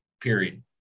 period